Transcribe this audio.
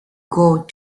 gold